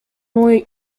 mojej